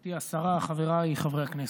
גברתי השרה, חבריי חברי הכנסת,